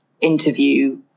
interview